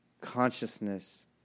consciousness